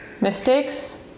mistakes